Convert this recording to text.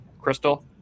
crystal